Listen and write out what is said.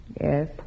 Yes